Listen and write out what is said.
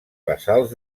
basals